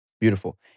Beautiful